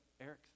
Eric